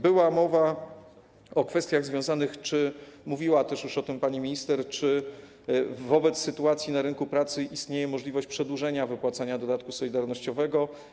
Była mowa o tym, mówiła też już o tym pani minister, czy wobec sytuacji na rynku pracy istnieje możliwość przedłużenia wypłacania dodatku solidarnościowego.